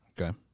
Okay